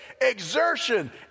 exertion